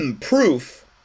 Proof